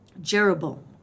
Jeroboam